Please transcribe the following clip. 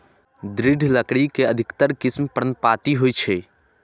दृढ़ लकड़ी के अधिकतर किस्म पर्णपाती होइ छै